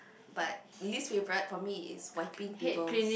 but least favorite for me is wiping tables